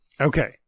Okay